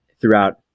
throughout